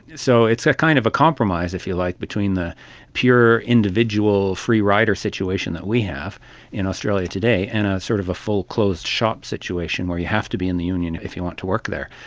so it's a kind of a compromise, if you like, between the pure individual free rider situation that we have in australia today, and ah sort of a full closed shop situation where you have to be in the union if you want to work there.